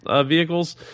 vehicles